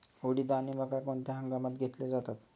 उडीद आणि मका कोणत्या हंगामात घेतले जातात?